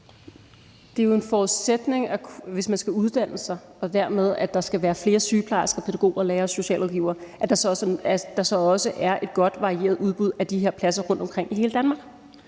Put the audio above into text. Det er jo en forudsætning, hvis man skal uddanne sig og der dermed skal blive flere sygeplejersker, pædagoger, lærere og socialrådgivere, at der så også er et godt varieret udbud af de her pladser rundtomkring i hele Danmark.